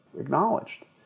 acknowledged